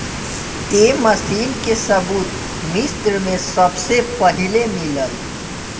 ए machine के सबूत मिस्र में सबसे पहिले मिलल